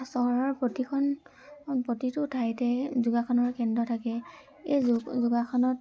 চহৰৰ প্ৰতিখন প্ৰতিটো ঠাইতে যোগাসনৰ কেন্দ্ৰ থাকে এই যোগ যোগাসনত